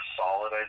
solid